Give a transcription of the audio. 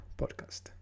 podcast